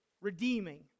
redeeming